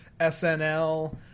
SNL